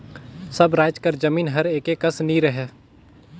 सब राएज कर जमीन हर एके कस नी रहें